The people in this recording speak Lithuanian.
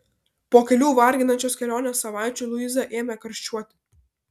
po kelių varginančios kelionės savaičių luiza ėmė karščiuoti